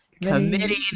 committee